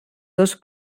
dos